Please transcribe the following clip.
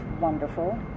wonderful